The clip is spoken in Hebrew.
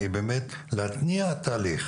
היא באמת להתניע את התהליך,